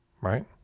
Right